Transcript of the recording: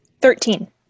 Thirteen